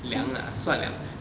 凉啊算凉